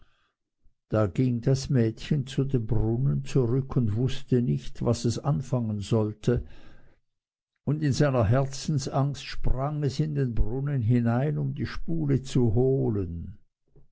da ging das mädchen zu dem brunnen zurück und wußte nicht was es anfangen sollte und in seiner herzensangst sprang es in den brunnen hinein um die spule zu holen